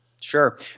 Sure